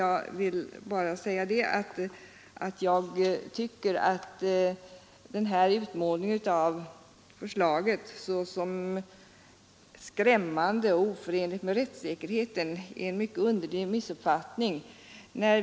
Jag skall bara säga att utmålningen av förslaget såsom skrämmande och oförenligt med rättssäkerheten är ett uttryck för en mycket underlig missuppfattning.